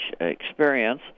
experience